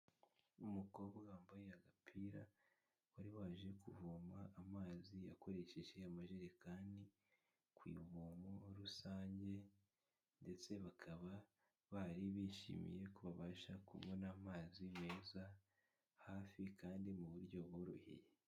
Umukobwa wambaye agapira, wari waje kuvoma amazi akoresheje amajerekani ku ivomo rusange ndetse bakaba bari bishimiye ko babasha kubona amazi meza hafi kandi mu buryo buboroheye.